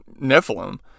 Nephilim